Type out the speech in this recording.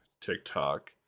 TikTok